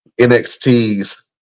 NXT's